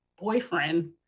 boyfriend